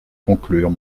conclure